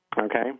Okay